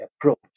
approach